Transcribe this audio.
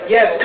Yes